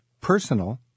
personal